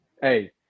Hey